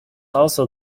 also